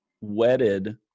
wedded